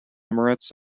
emirates